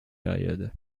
périodes